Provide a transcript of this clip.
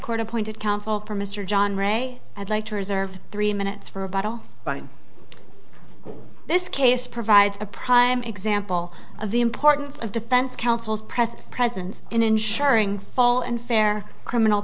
court appointed counsel for mr john ray i'd like to reserve three minutes for a bottle of wine this case provides a prime example of the importance of defense counsel's press presence in ensuring fall and fair criminal